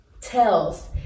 tells